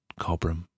Cobram